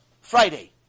Friday